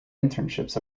internships